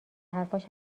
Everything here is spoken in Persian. حرفاش